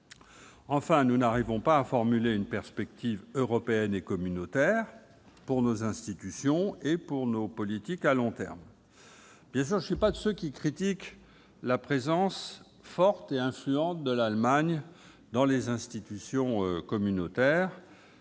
Enfin, nous ne parvenons pas à formuler une perspective européenne et communautaire pour nos institutions et pour nos politiques à long terme. Je ne suis évidemment pas de ceux qui critiquent la présence forte et influente de l'Allemagne dans les institutions communautaires,